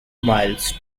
miles